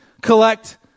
collect